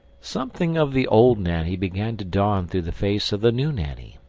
something of the old nanny began to dawn through the face of the new nanny.